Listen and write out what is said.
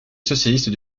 socialiste